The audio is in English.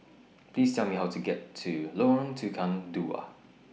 Please Tell Me How to get to Lorong Tukang Dua